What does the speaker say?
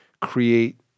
create